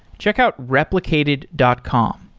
checkout replicated dot com.